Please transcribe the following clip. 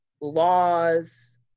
laws